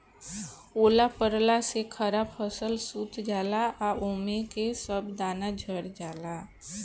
ओला पड़ला से खड़ा फसल सूत जाला आ ओमे के सब दाना झड़ जाला